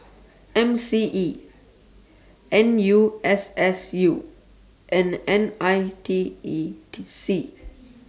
M C E N U S S U and N I T E C